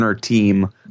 team